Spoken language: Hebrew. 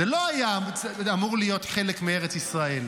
זה לא היה אמור להיות חלק מארץ ישראל.